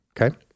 Okay